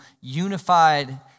unified